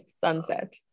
sunset